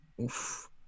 Oof